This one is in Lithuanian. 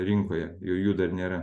rinkoje jų jų dar nėra